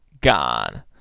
gone